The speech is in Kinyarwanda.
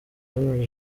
henri